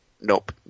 Nope